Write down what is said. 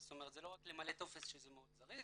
זאת אומרת, זה לא רק למלא טופס שזה מאוד זריז.